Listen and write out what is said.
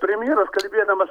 premjeras kalbėdamas